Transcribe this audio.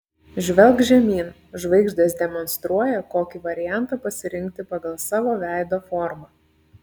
žvelk žemyn žvaigždės demonstruoja kokį variantą pasirinkti pagal savo veido formą